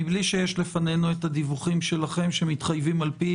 זאת מבלי שיש לפנינו את הדיווחים שלכם שמתחייבים על פי